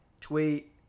tweet